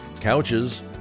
couches